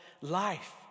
life